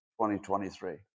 2023